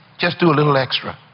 just do a little extra.